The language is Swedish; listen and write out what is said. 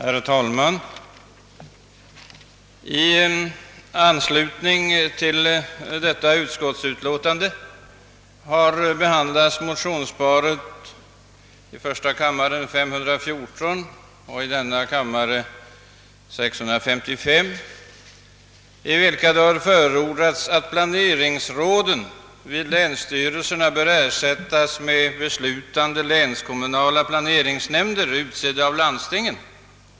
Herr talman! I förevarande utskottsutlåtande behandlas bl.a. motionsparet I: 514 och II: 655, vari förordas att planeringsråden vid länsstyrelserna skall ersättas med beslutande länskommunala planeringsnämnder, utsedda av landstingen.